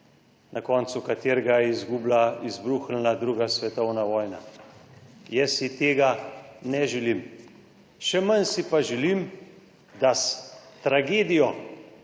na koncu katerega izgublja izbruhnila II. svetovna vojna. Jaz si tega ne želim. Še manj si pa želim, da s tragedijo,